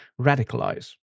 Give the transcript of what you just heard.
radicalize